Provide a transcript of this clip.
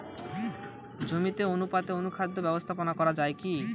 জমিতে অনুপাতে অনুখাদ্য ব্যবস্থাপনা করা য়ায় কি?